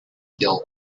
hill